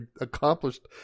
accomplished